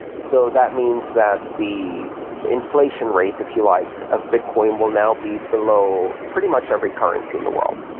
so that means that the inflation rate, if you like, of bitcoin will now be below pretty much every currency in the world.